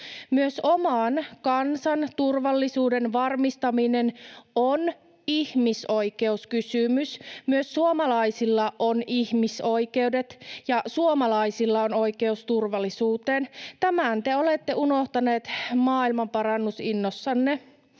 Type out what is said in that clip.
myös oman kansan turvallisuuden varmistaminen on ihmisoikeuskysymys. Myös suomalaisilla on ihmisoikeudet ja suomalaisilla on oikeus turvallisuuteen. Tämän te olette unohtaneet maailmanparannusinnossanne.